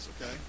okay